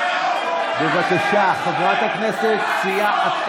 בבקשה, חברת הכנסת, סיימת.